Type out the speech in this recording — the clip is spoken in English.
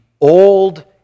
old